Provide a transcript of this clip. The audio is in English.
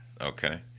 Okay